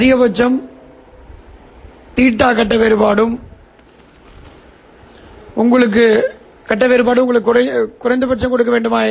அதிகபட்சம் அல்லது 0 மீ கட்ட வேறுபாடு உங்களுக்கு குறைந்தபட்சம் கொடுக்க வேண்டுமா